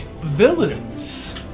villains